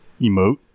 emote